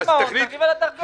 נפתח את המעון, נריב על הדרגות.